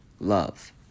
Love